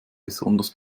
besonders